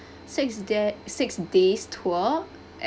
six da~ six days tour